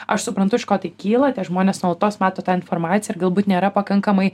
aš suprantu iš ko tai kyla tie žmonės nuolatos mato tą informaciją ir galbūt nėra pakankamai